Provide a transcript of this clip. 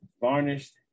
varnished